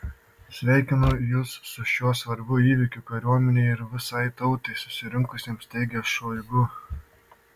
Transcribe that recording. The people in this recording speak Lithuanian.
sveikinu jus su šiuo svarbiu įvykiu kariuomenei ir visai tautai susirinkusiems teigė šoigu